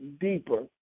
deeper